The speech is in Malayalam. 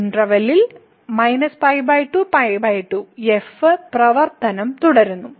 ഇന്റെർവെല്ലിൽ π 2 π 2 f പ്രവർത്തനം തുടരുന്നു